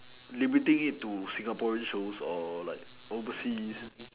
limiting it to Singaporean shows or like overseas